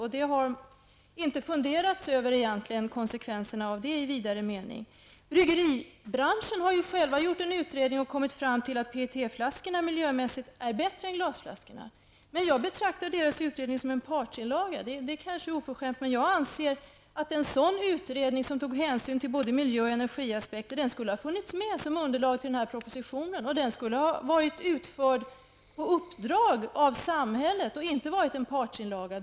Konsekvenserna av detta i vidare mening har man inte funderat över. Bryggeribranschen har ju själv gjort en utredning och kommit fram till att PET-flaskorna miljömässigt är bättre än glasflaskorna. Men jag betraktar den branschens utredning som en partsinlaga. Det är kanske oförskämt, men jag anser att en utredning som tog hänsyn till både miljö och energiaspekter skulle ha funnits med som underlag till den här propositionen. Den skulle ha utförts på uppdrag av samhället och inte varit en partsinlaga.